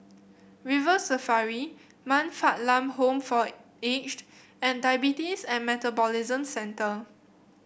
River Safari Man Fatt Lam Home for Aged and Diabetes and Metabolism Centre